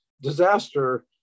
disaster